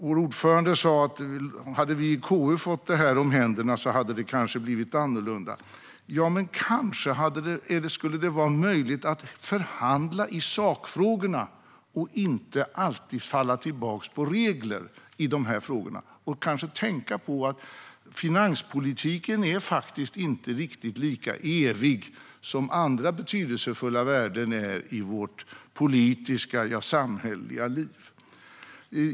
Vår ordförande sa att om vi i KU hade fått det här i händerna kanske det hade blivit annorlunda. Ja, men kanske hade det varit möjligt att förhandla i sakfrågorna och inte alltid falla tillbaka på regler i de här frågorna. Kanske hade det varit möjligt att tänka på att finanspolitiken faktiskt inte är riktigt lika evig som andra betydelsefulla värden i vårt politiska - ja, samhälleliga - liv.